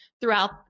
throughout